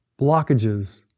blockages